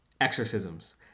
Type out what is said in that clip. Exorcisms